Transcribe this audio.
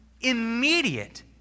immediate